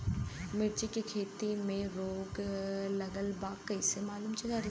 मिर्ची के खेती में रोग लगल बा कईसे मालूम करि?